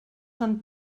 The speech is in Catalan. són